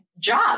Job